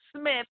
Smith